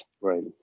Right